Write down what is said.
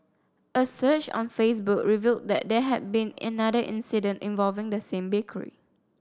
a search on Facebook revealed that there had been another incident involving the same bakery